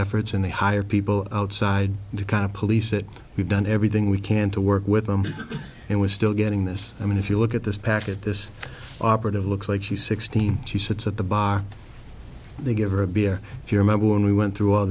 efforts and they hire people outside to kind of police it we've done everything we can to work with them and we're still getting this i mean if you look at this packet this operative looks like she's sixteen she sits at the bar they give her a beer if you remember when we went through all